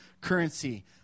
currency